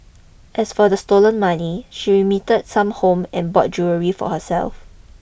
as for the stolen money she remitted some home and bought jewellery for herself